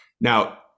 now